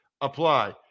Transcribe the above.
apply